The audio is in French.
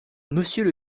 monsieur